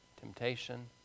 temptation